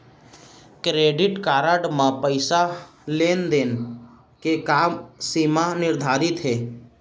Credit card म पइसा लेन देन के का सीमा निर्धारित हे?